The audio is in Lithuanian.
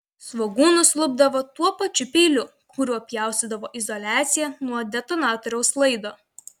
svogūnus lupdavo tuo pačiu peiliu kuriuo pjaustydavo izoliaciją nuo detonatoriaus laido